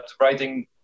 writing